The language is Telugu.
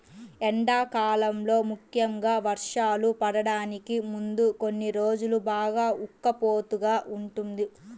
ఎండాకాలంలో ముఖ్యంగా వర్షాలు పడటానికి ముందు కొన్ని రోజులు బాగా ఉక్కపోతగా ఉంటుంది